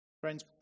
Friends